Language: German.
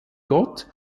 gott